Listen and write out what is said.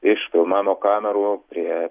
iš filmavimo kamerų prie